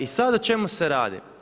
I sad o čemu se radi?